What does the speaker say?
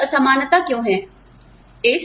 एक असमानता क्यों है